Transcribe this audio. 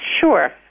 sure